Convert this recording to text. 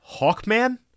Hawkman